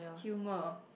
humour